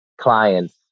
clients